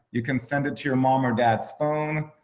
you can send it to your mom or dad's phone.